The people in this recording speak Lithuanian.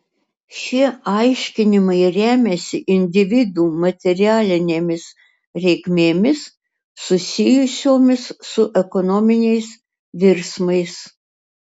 šie aiškinimai remiasi individų materialinėmis reikmėmis susijusiomis su ekonominiais virsmais